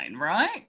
right